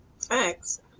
thanks